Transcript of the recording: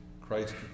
Christ